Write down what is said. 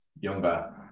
younger